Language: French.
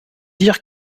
dire